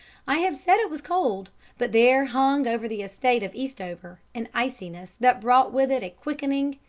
i have said it was cold but there hung over the estate of eastover an iciness that brought with it a quickening,